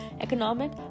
economic